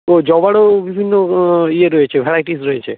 ও জবারও বিভিন্ন ইয়ে রয়েছে ভ্যারাইটিস রয়েছে